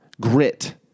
grit